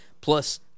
plus